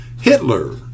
hitler